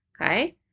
Okay